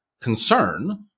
concern